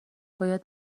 باید